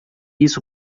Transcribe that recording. isso